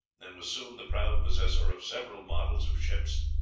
and was soon the proud possessor of several models of ships,